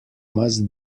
must